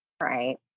right